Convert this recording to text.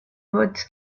woods